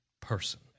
person